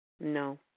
No